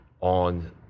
on